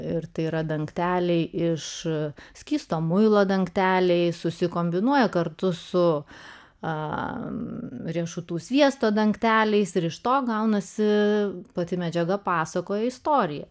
ir tai yra dangteliai iš skysto muilo dangteliai susikombinuoja kartu su riešutų sviesto dangteliais ir iš to gaunasi pati medžiaga pasakoja istoriją